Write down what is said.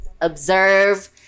observe